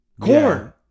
corn